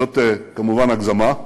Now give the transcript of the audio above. זאת כמובן הגזמה.